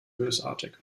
bösartig